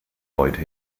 heute